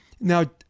now